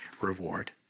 reward